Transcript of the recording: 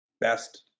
best